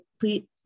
please